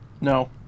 No